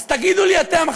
אז תגידו לי אתם,